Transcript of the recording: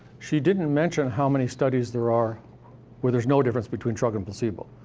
she didn't mention how many studies there are where there's no difference between drug and placebo.